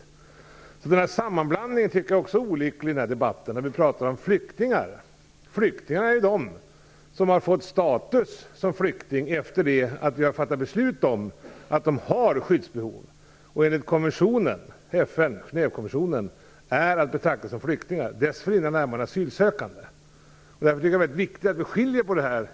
Också en annan sammanblandning i debatten är olycklig. Flyktingar är sådana som har fått status som flyktingar efter det att vi enligt FN:s Genèvekonvention har fattat beslut om att de har skyddsbehov. Dessförinnan är de asylsökande. Jag tycker att det är viktigt att vi gör denna åtskillnad.